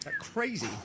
crazy